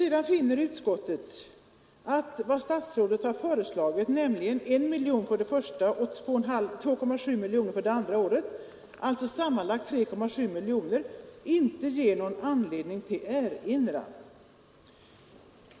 Sedan finner utskottet att vad statsrådet har föreslagit, nämligen 1 miljon för 1971 73 — alltså sammanlagt 3,7 miljoner kronor — inte ger någon anledning till erinran.